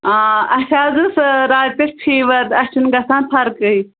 آ اَسہِ حظ اوس راتہٕ پیٚٹھٕ فِوَر اَسہِ چھُنہٕ گژھان فرقٕے